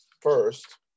First